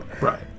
Right